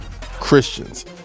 Christians